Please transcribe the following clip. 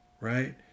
right